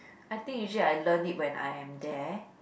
I think usually I learn it when I am there